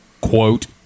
quote